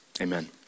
Amen